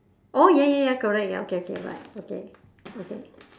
oh ya ya ya correct ya okay okay bye okay okay